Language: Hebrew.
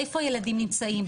איפה הילדים נמצאים,